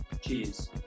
Cheers